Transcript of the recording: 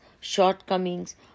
shortcomings